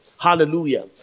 Hallelujah